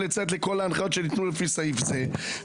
לציית לכל ההנחיות שניתנו לפי סעיף זה,